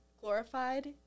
glorified